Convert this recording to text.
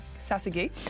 Sasagi